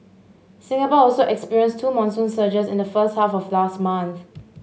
Singapore also experienced two monsoon surges in the first half of last month